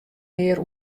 mear